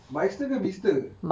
bicester ke bister